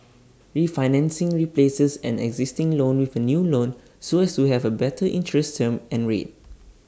refinancing replaces an existing loan with A new loan so as to have A better interest term and rate